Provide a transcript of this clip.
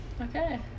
Okay